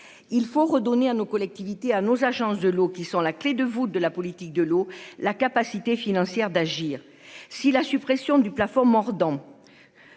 il faut redonner à nos collectivités à nos agences de l'eau qui sont la clé de voûte de la politique de l'eau, la capacité financière d'agir si la suppression du plafond mordant.